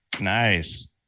nice